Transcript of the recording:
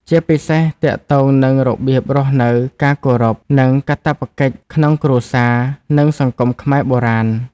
ជាពិសេសទាក់ទងនឹងរបៀបរស់នៅ ការគោរព និងកាតព្វកិច្ចក្នុងគ្រួសារ និងសង្គមខ្មែរបុរាណ។